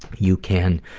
you can